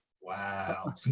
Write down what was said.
Wow